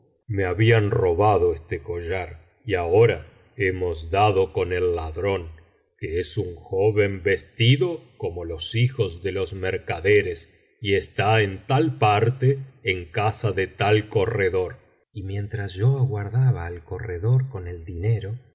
me habían robado este collar y ahora hemos dado con el ladrón que es un joven vestido como los hijos de los mercaderes y está en tal parte en casa de tal corredor y mientras yo aguardaba al corredor con el dinero